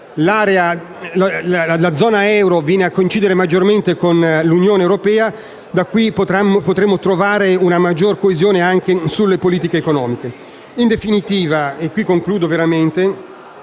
la zona euro verrà a coincidere maggiormente con l'Unione europea; da qui potremo trovare una maggior coesione anche sulle politiche economiche.